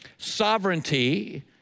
sovereignty